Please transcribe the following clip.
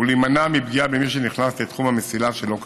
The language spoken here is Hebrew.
ולהימנע מפגיעה במי שנכנס לתחום המסילה שלא כחוק.